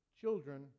children